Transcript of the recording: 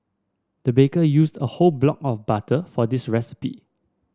the baker used a whole block of butter for this recipe